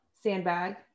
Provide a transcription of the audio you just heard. sandbag